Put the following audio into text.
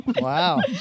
Wow